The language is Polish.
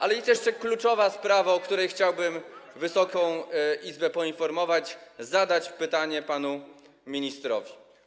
Ale jest jeszcze kluczowa sprawa, o której chciałbym Wysoką Izbę poinformować, zadać pytanie panu ministrowi.